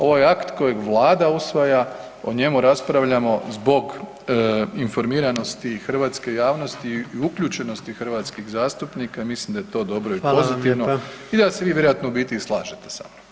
Ovo je akt koji Vlada usvaja, o njemu raspravljamo zbog informiranosti i hrvatske javnosti i uključenosti hrvatskih zastupnik i mislim da je to dobro [[Upadica predsjednik: Hvala vam lijepa.]] i pozitivno i da se vi vjerojatno u biti i slažete sa mnom.